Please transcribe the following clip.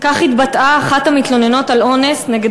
כך התבטאה אחת המתלוננות על אונס נגד